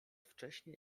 wcześnie